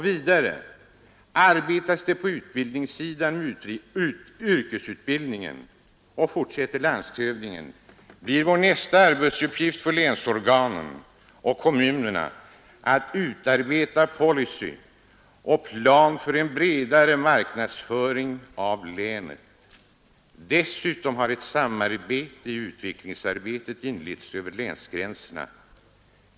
Vidare arbetas på det utbildningssidan med yrkesutbildningen och”, fortsätter landshövdingen, ”blir nästa arbetsuppgift för länsorganen och kommunerna att utarbeta policy och plan för en bredare marknadsföring av länet. Dessutom har ett samarbete i utvecklingsarbetet inletts över länsgränserna.